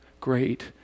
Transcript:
great